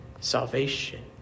salvation